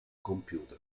computer